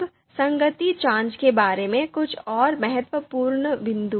अब संगति जाँच के बारे में कुछ और महत्वपूर्ण बिंदु